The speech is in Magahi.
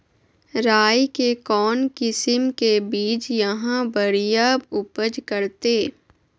राई के कौन किसिम के बिज यहा बड़िया उपज करते?